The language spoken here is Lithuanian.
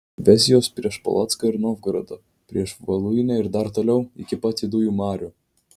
vesi juos prieš polocką ir novgorodą prieš voluinę ir dar toliau iki pat juodųjų marių